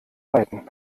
weiten